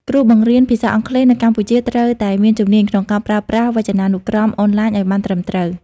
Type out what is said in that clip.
គ្រូបង្រៀនភាសាអង់គ្លេសនៅកម្ពុជាត្រូវតែមានជំនាញក្នុងការប្រើប្រាស់វចនានុក្រមអនឡាញឱ្យបានត្រឹមត្រូវ។